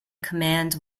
command